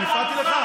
אני הפרעתי לך?